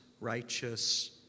righteous